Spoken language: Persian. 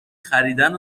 خریدن